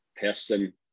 person